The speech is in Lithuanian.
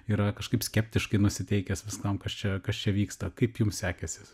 yra kažkaip skeptiškai nusiteikęs viskam kas čia kas čia vyksta kaip jum sekėsi